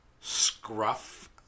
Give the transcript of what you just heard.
scruff